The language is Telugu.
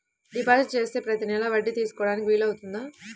డిపాజిట్ చేస్తే ప్రతి నెల వడ్డీ తీసుకోవడానికి వీలు అవుతుందా?